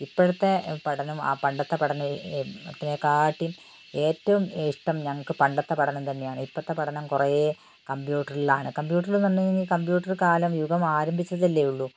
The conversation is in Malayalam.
ഇപ്പോഴത്തെ പഠനവും ആ പണ്ടത്തെ പഠനവും അതിനെകാട്ടിയും ഏറ്റവും ഇഷ്ടം ഞങ്ങൾക്ക് പണ്ടത്തെ പഠനം തന്നെയാണ് ഇപ്പോഴത്തെ പഠനം കുറേ കമ്പ്യൂട്ടറിലാണ് കമ്പ്യൂട്ടറിലെന്ന് പറഞ്ഞു കഴിഞ്ഞാൽ കമ്പ്യൂട്ടർ കാലം യുഗം ആരംഭിച്ചതല്ലെയുള്ളു